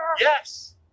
Yes